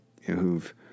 who've